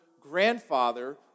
grandfather